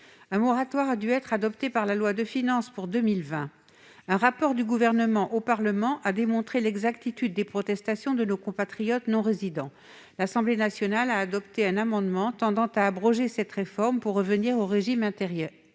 Un moratoire a dû être adopté dans la loi de finances pour 2020. Un rapport du Gouvernement au Parlement a démontré le bien-fondé des protestations de nos compatriotes non-résidents. L'Assemblée nationale a adopté un amendement tendant à abroger cette réforme pour revenir au régime antérieur.